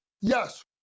yes